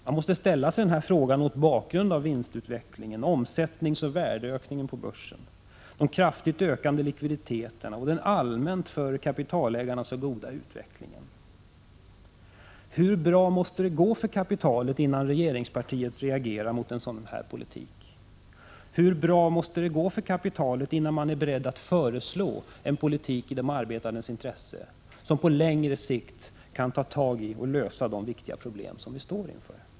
Man måste fråga sig, mot bakgrund av vinstutvecklingen, omsättningsoch värdeökningen på börsen, de kraftigt ökande likviditeterna och den allmänt för kapitalägarna så goda ekonomiska utvecklingen: Hur bra måste det gå för kapitalet innan regeringspartiet reagerar mot en sådan här politik? Hur bra måste det gå för kapitalet innan man är beredd att föreslå en politik i de arbetandes intresse, som på längre sikt kan ta tag i och lösa de viktiga problem som vi står inför?